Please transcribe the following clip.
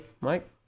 Mike